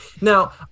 Now